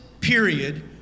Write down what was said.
period